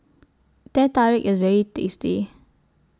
Teh Tarik IS very tasty